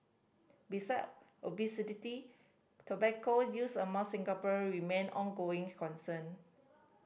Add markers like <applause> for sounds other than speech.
beside <unintelligible> tobacco use among Singaporean remain ongoing concern